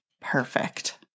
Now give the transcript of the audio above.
perfect